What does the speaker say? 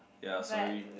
ya sorry